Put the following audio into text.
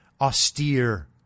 austere